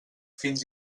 fins